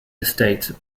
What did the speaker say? estate